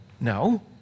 no